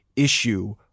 issue